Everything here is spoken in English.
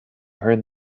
heard